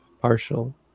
partial